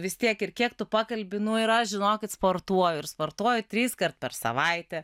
vis tiek ir kiek tu pakalbi nu yra žinokit sportuoju ir sportuoju triskart per savaitę